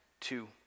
two